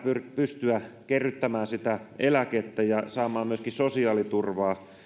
pystyä yrittäjyydestä kerryttämään eläkettä ja saamaan myöskin sosiaaliturvaa